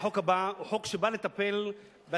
החוק הבא הוא חוק שבא לטפל באספקת